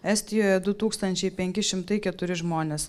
estijoje du tūkstančiai penki šimtai keturi žmonės